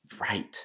Right